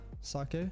sake